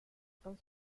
con